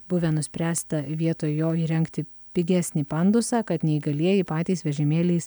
buvę nuspręsta vietoj jo įrengti pigesnį pandusą kad neįgalieji patys vežimėliais